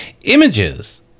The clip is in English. Images